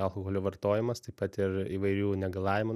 alkoholio vartojimas taip pat ir įvairių negalavimų